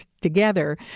together